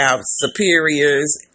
superiors